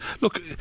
look